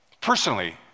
personally